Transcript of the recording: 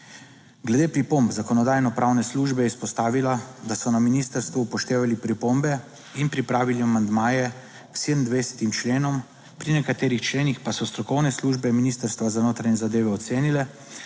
Glede pripomb Zakonodajno-pravne službe je izpostavila, da so na ministrstvu upoštevali pripombe in pripravili amandmaje k 27. členom, pri nekaterih členih pa so strokovne službe Ministrstva za notranje zadeve ocenile,